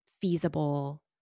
feasible